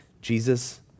Jesus